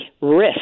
risk